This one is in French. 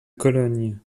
cologne